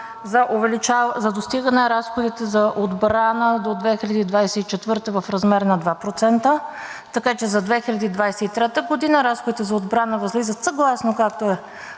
за достигане разходите за отбрана до 2024 г. в размер на 2%. Така че за 2023 г. разходите за отбрана възлизат, съгласно както е